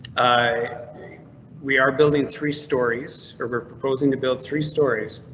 i mean we are building three stories or we're proposing to build three stories.